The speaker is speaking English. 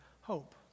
hope